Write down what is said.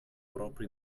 propri